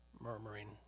murmuring